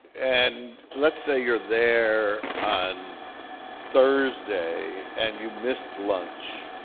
and let's say you're there on thursday, and you missed lunch,